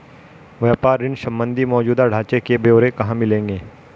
व्यापार ऋण संबंधी मौजूदा ढांचे के ब्यौरे कहाँ मिलेंगे?